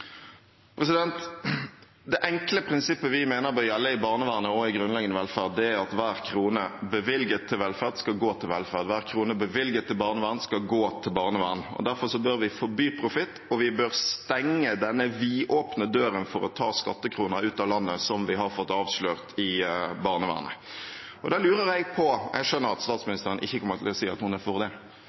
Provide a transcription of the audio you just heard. Det enkle prinsippet vi mener bør gjelde i barnevernet og i grunnleggende velferd, er at hver krone bevilget til velferd skal gå til velferd. Hver krone bevilget til barnevern skal gå til barnevern. Derfor bør vi forby profitt, og vi bør stenge denne vidåpne døren for å ta skattekroner ut av landet som vi har fått avslørt i barnevernet. Jeg skjønner at statsministeren ikke kommer til å si at hun er for det,